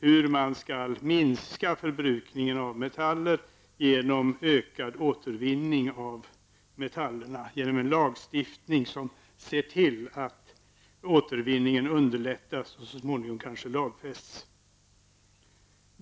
Det handlar om hur man med hjälp av en lagstiftning som ser till att återvinning underlättas och så småningom kanske lagfästs skall kunna minska förbrukningen av metaller genom en ökad återvinning av dessa.